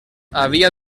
havia